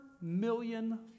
million